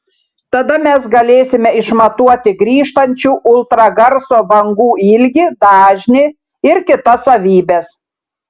tada mes galėsime išmatuoti grįžtančių ultragarso bangų ilgį dažnį ir kitas savybes